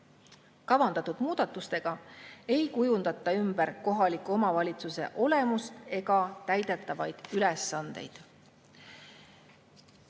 Kavandatud muudatustega ei kujundata ümber kohaliku omavalitsuse olemust ega täidetavaid ülesandeid. Tuleb